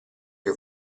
che